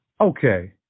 Okay